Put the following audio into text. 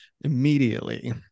immediately